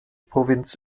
provinz